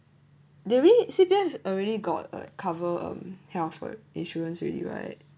I already got like cover um health insurance already right